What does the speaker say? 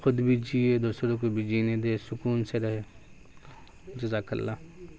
خود بھی جئے دوسرے کو بھی جینے دے سکون سے رہے جزاک اللہ